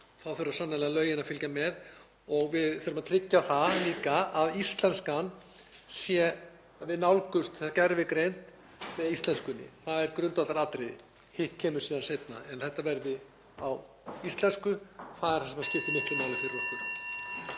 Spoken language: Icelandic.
Þá þurfa sannarlega lögin að fylgja með. Við þurfum að tryggja það líka að við nálgumst gervigreind með íslenskunni, það er grundvallaratriði. Hitt kemur síðan seinna. Þetta verði á íslensku, það er það sem skiptir miklu máli fyrir okkur.